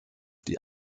die